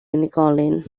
unigolyn